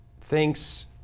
thinks